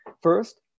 First